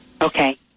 Okay